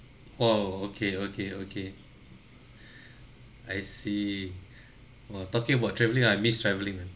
orh okay okay okay I see !wah! talking about travelling I miss travelling